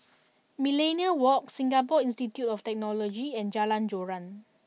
Millenia Walk Singapore Institute of Technology and Jalan Joran